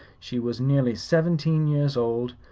she was nearly seventeen years old,